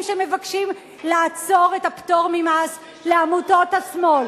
שמבקשים לעצור את הפטור ממס לעמותות השמאל.